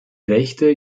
rechte